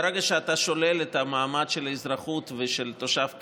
ברגע שאתה שולל את המעמד של אזרחות ושל תושב קבע,